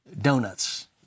donuts